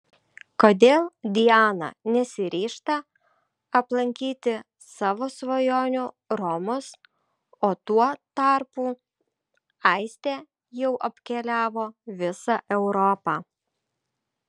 kodėl diana nesiryžta aplankyti savo svajonių romos o tuo tarpu aistė jau apkeliavo visą europą